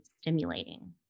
stimulating